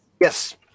Yes